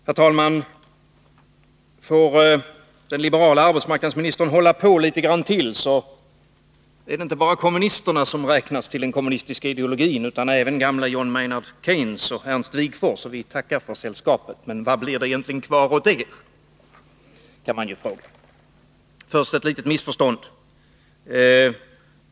Herr talman! Får den liberala arbetsmarknadsministern hålla på litet grand till, så är det inte bara kommunisterna som räknas till den kommunistiska ideologin utan även gamle John Maynard Keynes och Ernst Wigforss. Vi tackar för sällskapet, men vad blir det egentligen kvar åt er? Först ett litet missförstånd.